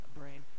Brain